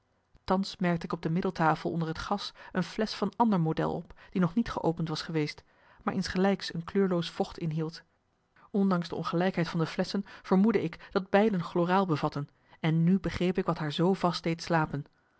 thans merkte ik op de middeltafel onder het gas een flesch van ander model op die nog niet geopend was geweest maar insgelijks een kleurloos vocht inhield ondanks de ongelijkheid van de flesschen vermoedde ik dat beiden chloraal bevatten en nu begreep ik wat haar zoo vast deed slapen